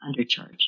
undercharge